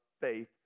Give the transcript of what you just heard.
faith